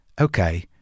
Okay